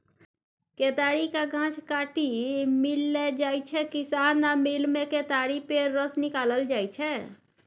केतारीक गाछ काटि मिल लए जाइ छै किसान आ मिलमे केतारी पेर रस निकालल जाइ छै